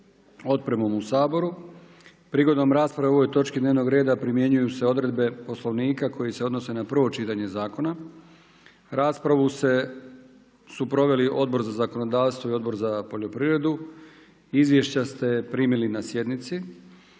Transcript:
otpremnom Sabora. Prigodom rasprave o ovoj točci dnevnog reda primjenjuje se odredbe poslovnik koje se odnose na prvo čitanje zakona. Raspravu su proveli Odbor za zakonodavstvo i Odbor za poljoprivredu. Izvješća ste primili na sjednici.